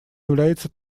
является